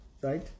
right